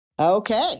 Okay